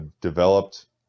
developed